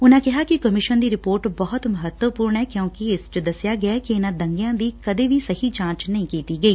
ਉਨਾਂ ਕਿਹਾ ਕਿ ਕਮਿਸ਼ਨ ਦੀ ਰਿਧੋਰਟ ਬਹੁਤ ਮਹੱਤਵਪੁਰਨ ਐ ਕਿਉਂਕਿ ਇਸ ਚ ਦਸਿਆ ਗਿਐ ਕਿ ਇਨਾਂ ਦੰਗਿਆਂ ਦੀ ਕਦੇ ਵੀ ਸਹੀ ਜਾਂਚ ਨਹੀਂ ਕੀਤੀ ਗਈ